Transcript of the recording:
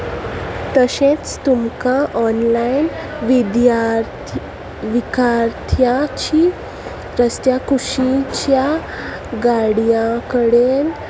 तशेंच तुमकां ऑनलायन विद्यार्थी विकार्थ्याची रस्त्याकुशीच्या गाडयां कडेन